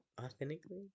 authentically